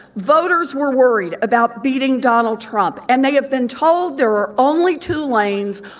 voters were worried about beating donald trump and they have been told there are only two lanes,